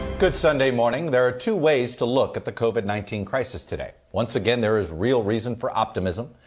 good sunday morning. there are two ways to look at the covid nineteen crisis today. once again there's real reason for optimism.